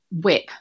whip